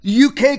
UK